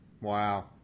Wow